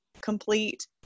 complete